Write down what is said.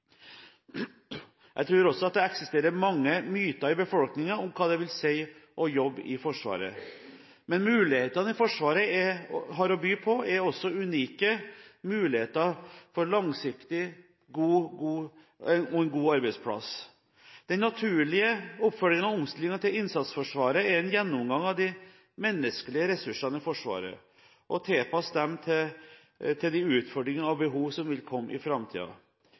Jeg tror også at det eksisterer mange myter i befolkningen om hva det vil si å jobbe i Forsvaret. Men mulighetene Forsvaret har å by på, er også unike – muligheter for langsiktige, gode arbeidsplasser. Den naturlige oppfølgingen av omstillingen til et innsatsforsvar er en gjennomgang av de menneskelige ressursene i Forsvaret, og å tilpasse disse til de utfordringer og behov som vil komme i